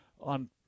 on